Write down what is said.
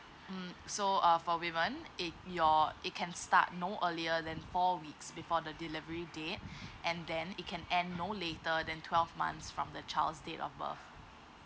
mm so uh for women in your it can start no earlier than four weeks before the delivery date and then it can end no later than twelve months from the child's date of birth